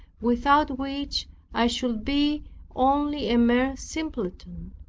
without which i should be only a mere simpleton.